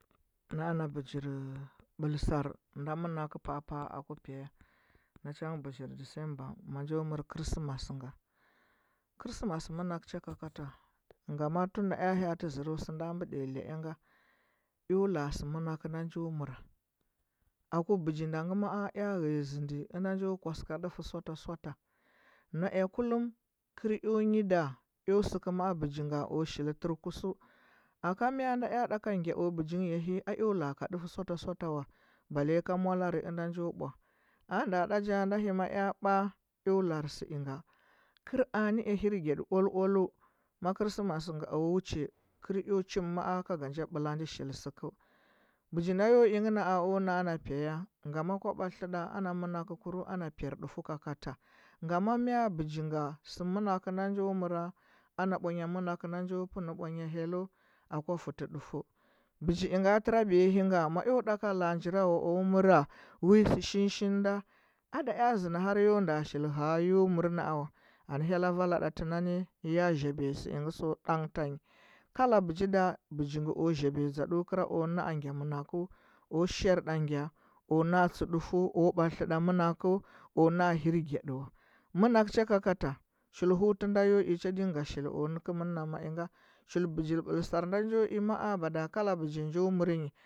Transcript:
Na a na bɚgir ɓɚsar nda manakɚu aku pyaya na cha ngɚ bagir dɚsamba ma njo mɚr chris masɚu nga chrismas nga cha kakata ngama hin nda eu hya’atɚ ȝɚrɚu nda njo mɚra aku ɓɚgi nda ngɚ ma, a a ea ghɚa zɚndɚ nda njo kosɚ ka ndufu sutasuta na ea kullum kɚr eo nyido eo sɚkɚu ma bɚgi go shili hirukusɚu aka mɚ nda ea nda ka gya o bɚgi ingɚ ya hɚ a eo la. a ka udufu suta suta wa banti ka mdarɚ nda njo mbwa. A mda ɗa ja nda hɚma ea mbea eo lar sɚ inga kɚrɚ nɚ ea hirgy ɗi o al oaluɚ ma chrismasu o wuchiya kar eo chi ma. a ka ga ja ɓelaɗi shili sɚku bɚgi nda yo i ngɚ na, a ku na, a na pyaya ngama kwo batlitɚda ana manakkur ana pyardufuɚ kakata ngama mɚ bɚgi ga sɚ manakɚu nda njo mɚra ana bwanya mɚnakɚu nda njo mɚra ana bwanya mɚnakɚu nda njo pea nɚ. bwanya hello a kwa futɚ dufu bɚgi inga tɚra biya hɚ nga ma eo nda ka la, a njrawawa’a o mɚra wi sl shinshin nda ada ea zɚndɚ lar yo nda shili hea yo mɚr na, a anɚ hyella vala ɗati nanɚ zhibiya sɚmgɚ so tan tan nyi kala bɚgi da bogi ngɚ o zhibiya dȝaddu kɚr o na’a gya manakɚ o shor da gya o na, a tsɚ dufu o batlitɚ ɗa manakɚu o na, a hirgyadi manakɚ u cha kakata chul hutu nda yo, i cha ɗɚnga shili o nɚkɚmɚn na mai nga chul bɚgir bɚlsar nda njo i gɚ ma. a mada kala bɚgi njo mɚr nyi